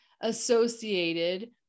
associated